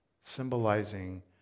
Symbolizing